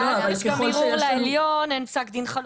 ואז יש גם ערעור לעליון, אין פסק דין חלוט.